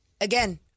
again